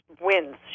wins